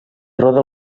roda